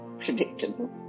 predictable